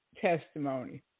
testimony